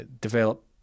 develop